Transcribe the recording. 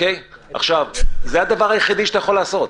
זה הדבר היחידי שאתה יכול לעשות.